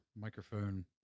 microphone